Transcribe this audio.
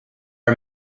are